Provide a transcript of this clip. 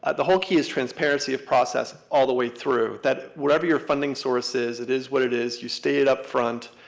ah the whole key is transparency of process all the way through. that whatever your funding source is, it is what it is, you state it up front,